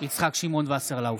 יצחק שמעון וסרלאוף,